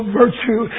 virtue